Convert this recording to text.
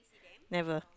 never